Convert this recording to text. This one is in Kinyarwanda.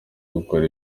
gukora